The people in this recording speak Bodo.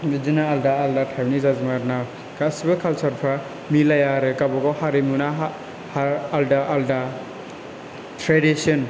बिदिनो आलदा आलदा टाइफनि जाजोबो आरोना गासिबो खालसारफ्रा मिलाया आरो गावबागाव हारिमुना आलदा आलदा ट्रेडिसन